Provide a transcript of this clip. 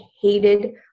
hated